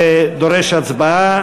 זה דורש הצבעה.